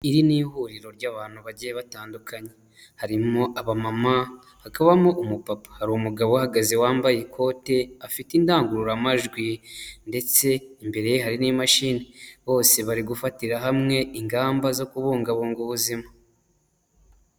Iri ni ihuriro ry'abantu bagiye batandukanye; harimo abamama, hakabamo umupapa; hari umugabo uhagaze wambaye ikote afite indangururamajwi; ndetse imbere hari n'imashini bose bari gufatira hamwe; ingamba zo kubungabunga ubuzima.